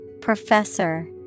Professor